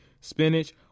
spinach